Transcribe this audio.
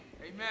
Amen